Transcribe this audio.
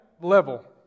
level